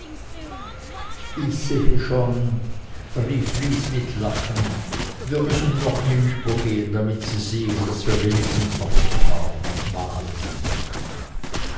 ich sehe schon rief lys mit lachen wir müssen doch noch hinübergehen damit sie sehen daß wir wenigstens noch mit farben malen